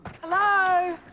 Hello